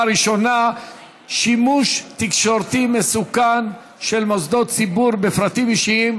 שזה יירשם בפרוטוקול,